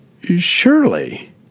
Surely